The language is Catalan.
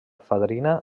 fadrina